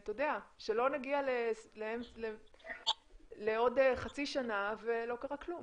שלא נגיע לעוד חצי שנה ולא קרה כלום.